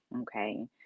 okay